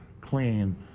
clean